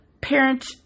parent